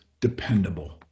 dependable